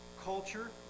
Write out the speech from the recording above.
culture